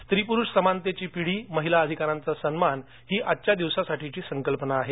स्त्री पुरुष समानतेची पिढी महिला अधिकारांचा सन्मान ही आजच्या दिवसासाठीची संकल्पना आहे